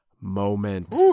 moment